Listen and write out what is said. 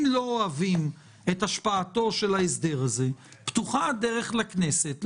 אם לא אוהבים את השפעתו של ההסדר הזה פתוחה הדרך לכנסת לומר: